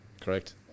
Correct